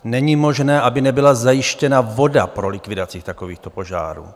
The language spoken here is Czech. Není možné, aby nebyla zajištěna voda pro likvidaci takovýchto požárů.